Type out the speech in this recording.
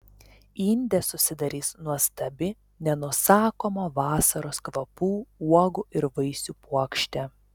inde susidarys nuostabi nenusakomo vasaros kvapų uogų ir vaisių puokštė